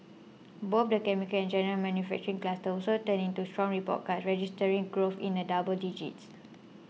both the chemicals and general manufacturing clusters also turned in strong report cards registering growth in the double digits